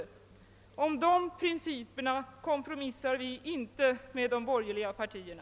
Om de principerna kompromissar vi inte med de borgerliga partierna.